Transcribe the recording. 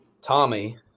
Tommy